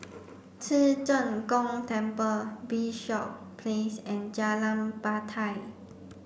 Ci Zheng Gong Temple Bishop Place and Jalan Batai